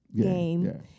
game